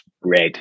red